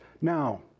Now